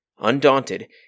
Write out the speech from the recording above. Undaunted